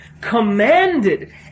commanded